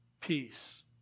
peace